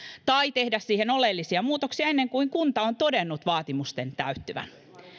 tai tehdä siihen oleellisia muutoksia ennen kuin kunta on todennut vaatimusten täyttyvän